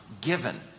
given